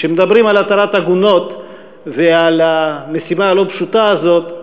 כשמדברים על התרת עגונות ועל המשימה הלא-פשוטה הזאת,